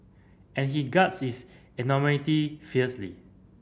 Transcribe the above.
and he guards his anonymity fiercely